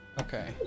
Okay